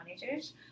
managers